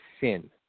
sin